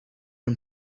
him